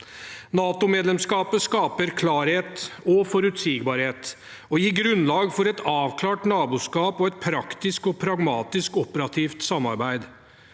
NATO-medlemskapet skaper klarhet og forutsigbarhet og gir grunnlag for et avklart naboskap og et praktisk og pragmatisk operativt samarbeid.